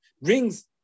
brings